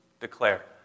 declare